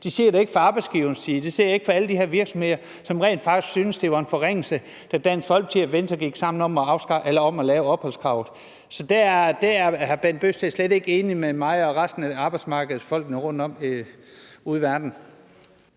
Man ser det ikke fra arbejdsgivernes synspunkt, og det samme gælder alle de virksomheder, som rent faktisk syntes, det var en forringelse, da Dansk Folkeparti og Venstre gik sammen om at indføre opholdskravet. Er hr. Bent Bøgsted slet ikke enig med mig og resten af arbejdsmarkedet og folk rundtom ude i verden?